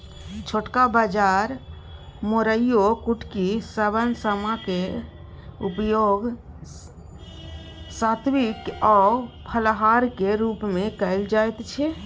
छोटका बाजरा मोराइयो कुटकी शवन समा क उपयोग सात्विक आ फलाहारक रूप मे कैल जाइत छै